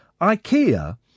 IKEA